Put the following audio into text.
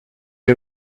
had